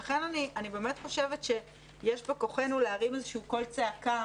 לכן אני באמת חושבת שיש בכוחנו להרים קול צעקה